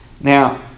Now